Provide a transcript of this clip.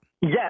Yes